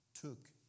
took